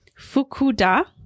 Fukuda